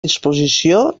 disposició